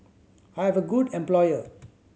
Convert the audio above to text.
I have a good employer